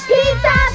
Pizza